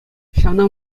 ҫавна